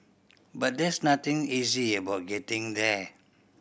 but there's nothing easy about getting there